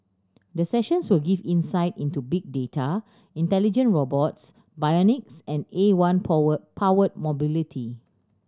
the sessions will give insight into big data intelligent robots bionics and A one powered mobility